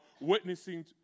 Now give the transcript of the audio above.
witnessing